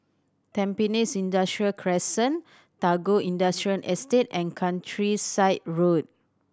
Tampines Industrial Crescent Tagore Industrial Estate and Countryside Road